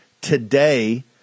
today